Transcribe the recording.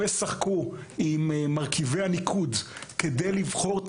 לא ישחקו עם מרכיבי הניקוד כדי לבחור את